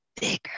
bigger